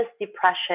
depression